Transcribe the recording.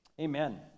Amen